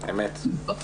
אמת.